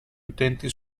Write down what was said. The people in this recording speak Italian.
utenti